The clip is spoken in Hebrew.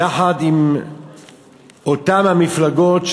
יחד עם אותן המפלגות,